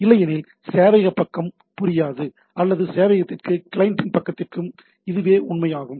இல்லையெனில் சேவையகப் பக்கம் புரியாது அல்லது சேவையகத்திற்கு கிளையன்ட் பக்கத்திற்கும் இதுவே உண்மை ஆகும்